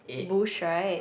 eighth